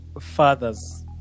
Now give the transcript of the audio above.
fathers